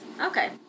Okay